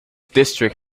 district